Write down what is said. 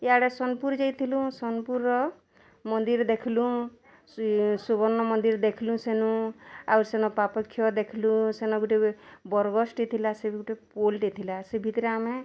ଇୟାଡ଼େ ସୋନପୁର୍ ଯାଇଥିଲୁ ସୋନପୁରର ମନ୍ଦିର୍ ଦେଖିଲୁ ସୁବର୍ଣ୍ଣ ମନ୍ଦିର୍ ଦେଖ୍ଲୁଁ ସେନୁଁ ଆଉ ସେନ ପାପକ୍ଷ ଦେଖିଲୁ ସେନ ଗୋଟେ ବରଗଛ୍ଟେ ଥିଲା ସେ ବି ଗୋଟେ ପୋଲ୍ଟେ ଥିଲା ସେ ଭିତରେ ଆମେ